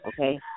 okay